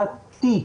סביבתי.